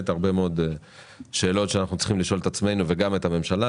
מאוד שאלות שאנחנו צריכים לשאול את עצמנו ואת הממשלה,